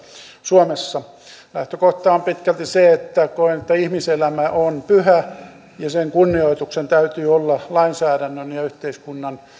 suomessa lähtökohta on pitkälti se että koen että ihmiselämä on pyhä ja sen kunnioituksen täytyy olla lainsäädännön ja yhteiskunnan